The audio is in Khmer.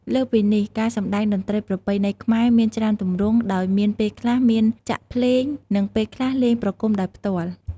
លើសពីនេះ ការសំដែងតន្រ្តីប្រពៃណីខ្មែរ មានច្រើនទម្រង់ដោយមានពេលខ្លះមានចាក់ភ្លេង និងពេលខ្លះលេងប្រគុំដោយផ្ទាល់។